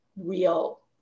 real